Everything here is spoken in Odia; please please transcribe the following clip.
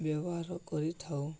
ବ୍ୟବହାର କରିଥାଉ